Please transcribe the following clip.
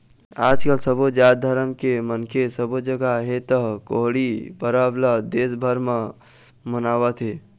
आजकाल सबो जात धरम के मनखे सबो जघा हे त लोहड़ी परब ल देश भर म मनावत हे